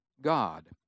God